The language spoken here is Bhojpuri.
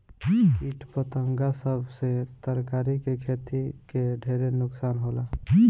किट पतंगा सब से तरकारी के खेती के ढेर नुकसान होला